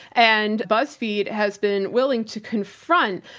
and buzzfeed has been willing to confront.